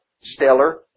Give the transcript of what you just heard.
stellar